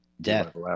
death